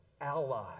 ally